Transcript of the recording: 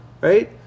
right